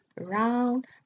round